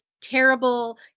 terrible